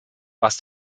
was